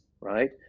Right